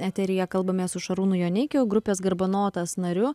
eteryje kalbamės su šarūnu joneikiu grupės garbanotas nariu